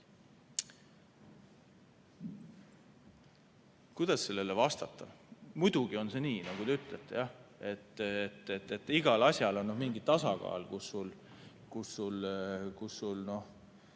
Kuidas sellele vastata? Muidugi on see nii, nagu te ütlete, et igal asjal on mingi tasakaal, kus sul teatud,